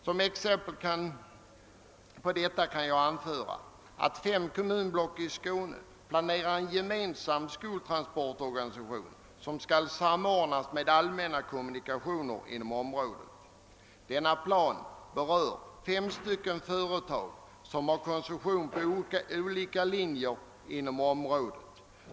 Som exempel på detta kan jag anföra att fem kommunblock i Skåne planerar en gemensam skoltransportorganisation som skall samordnas med allmänna kommunikationer inom området. Denna plan berör fem företag som har koncession på olika linjer inom området.